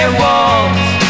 walls